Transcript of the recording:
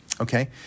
okay